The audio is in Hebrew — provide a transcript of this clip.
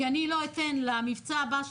כי אני לא אתן למבצע הבא לעבור,